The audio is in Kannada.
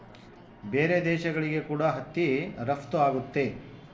ಬೇರೆ ದೇಶಗಳಿಗೆ ಕೂಡ ಹತ್ತಿ ರಫ್ತು ಆಗುತ್ತೆ